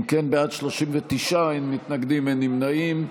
אם כן, בעד, 39, אין מתנגדים, אין נמנעים.